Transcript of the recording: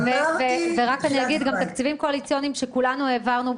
אני רק אגיד: תקציבים קואליציוניים שכולנו העברנו,